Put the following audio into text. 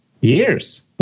years